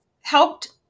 helped